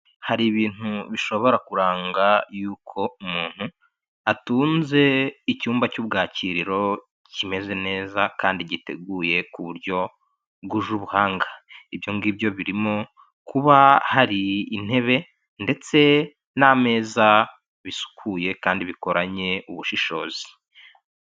Hari ibintu bishobora kuranga y'uko umuntu atunze icyumba cy'ubwakiririro kimeze neza kandi giteguye ku buryo bwuje ubuhanga, ibyo ngibyo birimo kuba hari intebe ndetse n'ameza bisukuye kandi bikoranye ubushishozi.